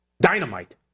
Dynamite